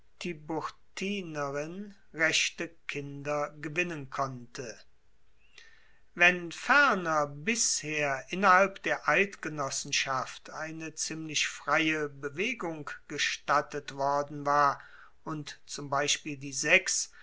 zu erwaehnen wenn ferner bisher innerhalb der eidgenossenschaft eine ziemlich freie bewegung gestattet worden war und zum beispiel die sechs